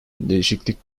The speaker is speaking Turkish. değişiklik